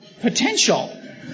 potential